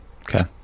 Okay